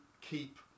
keep